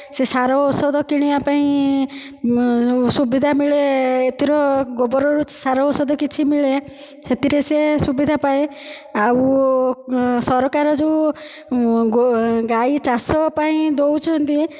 ସେ ସାର ଓଷଧ କିଣିବା ପାଇଁ ସୁବିଧା ମିଳେ ଏଥିରେ ଗୋବରରୁ ସାର ଓଷଧ କିଛି ମିଳେ ସେଥିରେ ସେ ସୁବିଧା ପାଏ ଆଉ ଓ ସରକାର ଯେଉଁ ଗାଈ ଚାଷ ପାଇଁ ଦେଉଛନ୍ତି